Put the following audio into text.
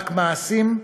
רק מעשים,